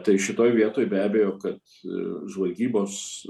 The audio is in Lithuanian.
tai šitoj vietoj be abejo kad žvalgybos